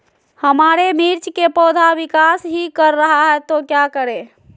हमारे मिर्च कि पौधा विकास ही कर रहा है तो क्या करे?